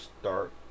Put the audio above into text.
start